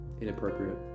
inappropriate